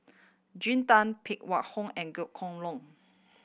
Jean Tay Phan Wait Hong and Goh Kheng Long